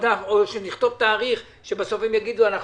או שנכתוב תאריך שבסוף הם יתנגדו לו.